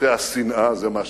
משטי השנאה, זה מה שזה.